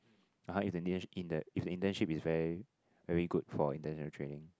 (uh huh) if the in the if the internship is very very good for intentional training